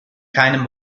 keinem